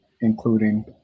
including